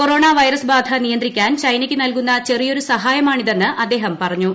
corona virus ബാധ നിയന്ത്രിക്കി്ൻ ചൈനയ്ക്ക് നൽകുന്ന ചെറിയൊരു സഹായമാണിതെന്ന് ആദ്ദേഷം പറഞ്ഞു